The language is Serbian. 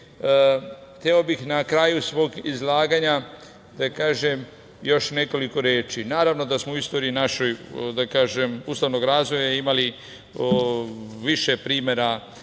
hteo bih na kraju svog izlaganja da kažem još nekoliko reči. Naravno, da smo u istoriji našoj, da kažem ustavnog razvoja imali više primera